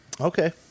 Okay